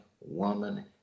woman